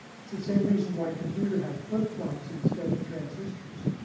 it's the same reason why computer have flip-flops instead of transistors.